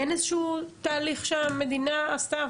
אין איזה שהוא תהליך שהמדינה עשתה?